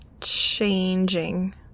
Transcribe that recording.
changing